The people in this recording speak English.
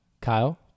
Kyle